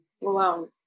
Wow